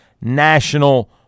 national